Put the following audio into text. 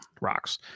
rocks